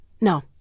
No